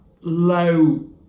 low